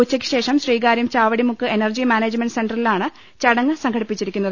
ഉച്ചയ്ക്ക് ശേഷം Sreekaryam Chavadimukku energy management സെന്ററിലാണ് ചടങ്ങ് സംഘടിപ്പിച്ചിരിക്കുന്നത്